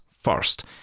first